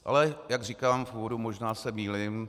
Ale jak říkám v úvodu, možná se mýlím.